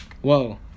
Whoa